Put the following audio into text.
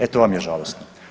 E to vam je žalosno.